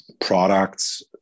products